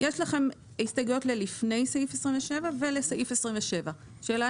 יש לכם הסתייגויות ללפני סעיף 27 ולסעיף 27. שאלה